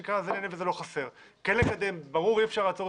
כן לקדם, ברור, אי אפשר לעצור